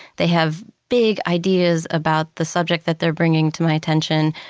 they have big ideas about the subject that they're bringing to my attention,